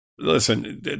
Listen